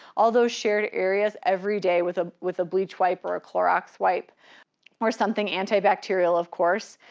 all those shared areas every day with ah with a bleach wipe or a clorox wipe or something antibacterial of course.